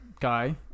guy